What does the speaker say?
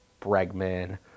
Bregman